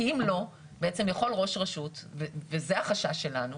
כי אם לא, יכול ראש רשות וזה החשש שלנו